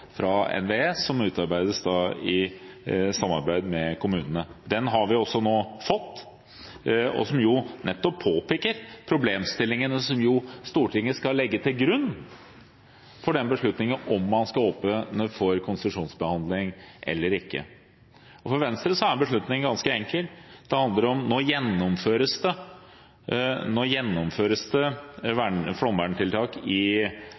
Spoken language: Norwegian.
fra NVE, som er blitt utarbeidet i samarbeid med kommunene. Den har vi nå fått. Den påpeker nettopp problemstillingen som Stortinget skal legge til grunn for beslutningen om man skal åpne for konsesjonsbehandling eller ikke. For Venstre er beslutningen ganske enkel: Det handler om at nå gjennomføres det flomverntiltak i Opovassdraget fra statens side i